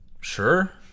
sure